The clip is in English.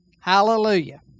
hallelujah